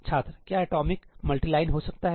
छात्रक्या atomic multiline हो सकता है